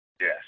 Yes